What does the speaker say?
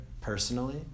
Personally